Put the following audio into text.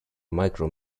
micro